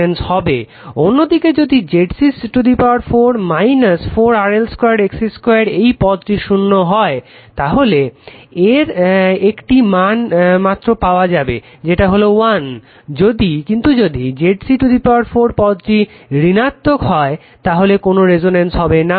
অন্যদিকে যদি ZC 4 4 RL 2 XC 2 এই পদটি যদি শূন্য হয় তাহলে এর একটি মাত্র মান পাওয়া যাবে সেটা হলো 1 কিন্তু যদি ZC 4 পদটি ঋণাত্মক হয় তাহলে কোনো রেসনেন্স হবে না